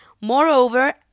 Moreover